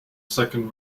second